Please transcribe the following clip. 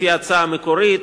לפי ההצעה המקורית,